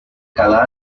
cada